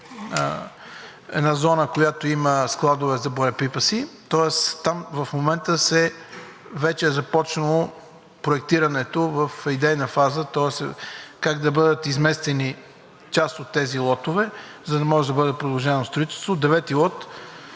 една зона, в която има складове за боеприпаси. Тоест там в момента вече е започнало проектирането в идейна фаза, тоест как да бъдат изместени част от тези лотове, за да може да бъде продължено строителството. Лот